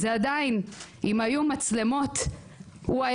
אם היו מצלמות באותו גן אותו גנן היה